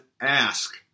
ask